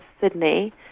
Sydney